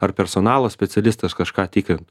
ar personalo specialistas kažką tikrint